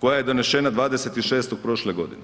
koja je donešena 26.-og prošle godine.